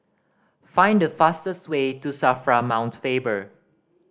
find the fastest way to SAFRA Mount Faber